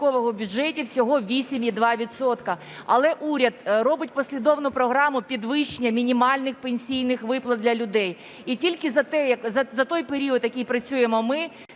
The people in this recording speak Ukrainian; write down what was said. всього 8,2 відсотка. Але уряд робить послідовну програму підвищення мінімальних пенсійних виплат для людей і тільки за той період, в який працюємо ми,